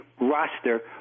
roster